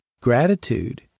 gratitude